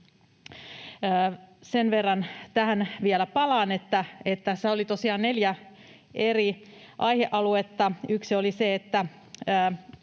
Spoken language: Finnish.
Sen verran tähän vielä palaan, että tässä oli tosiaan neljä eri aihealuetta. Yksi oli se, että